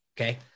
okay